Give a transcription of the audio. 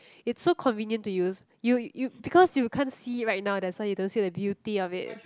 it's so convenient to use you you because you can't see right now that's why so you don't see the beauty of it